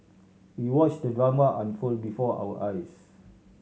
we watch the drama unfold before our eyes